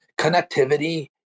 connectivity